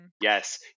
yes